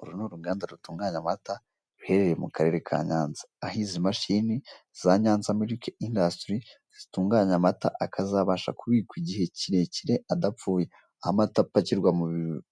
Uru ni uruganda rutunganya amata ruherereye mu karere ka Nyanza, aho izi mashini za Nyanza Milk industry zitunganya amata akazabasha kubikwa igihe kirekire adapfuye, aho amata apakirwa